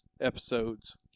episodes